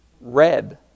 red